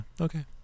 okay